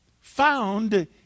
found